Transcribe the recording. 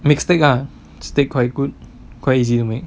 make steak ah steak quiet good quite easy to make